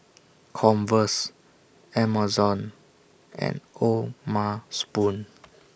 Converse Amazon and O'ma Spoon